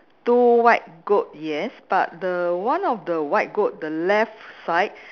two white goat yes but the one of the white goat the left side